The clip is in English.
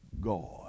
God